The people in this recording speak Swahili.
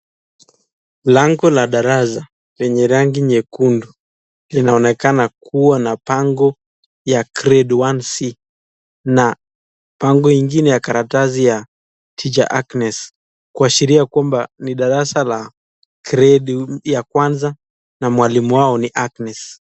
Lango la darasa lenye rangi nyekundu linaonekana kuwa na bango ya grade 1c na bango ingine ya karatasi ya teacher Agnes kuashiria kwamba ni darasa la gredi ya kwanza na mwalimu wao ni Agnes.